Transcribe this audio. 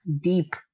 deep